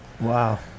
wow